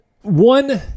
one